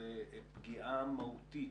זה פגיעה מהותית